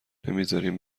نمیزارین